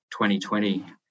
2020